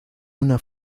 una